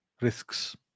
risks